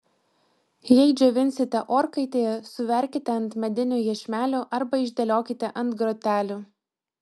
jei džiovinsite orkaitėje suverkite ant medinių iešmelių arba išdėliokite ant grotelių